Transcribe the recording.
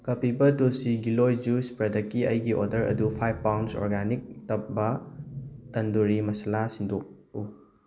Kapiva tulsi giloy juice ꯄ꯭ꯔꯗꯛꯀꯤ ꯑꯩꯒꯤ order ꯑꯗꯨ ꯐꯥꯏꯞ ꯄꯥꯎꯟꯁ ꯑꯣꯔꯒꯥꯅꯤꯛ ꯇꯞꯕꯥ ꯇꯟꯗꯨꯔꯤ ꯃꯁꯥꯂꯥ ꯁꯤꯟꯗꯣꯛꯎ